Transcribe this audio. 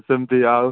ସେମିତି ଆଉ